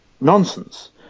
nonsense